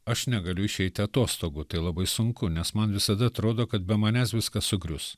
aš negaliu išeiti atostogų tai labai sunku nes man visada atrodo kad be manęs viskas sugrius